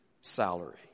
salary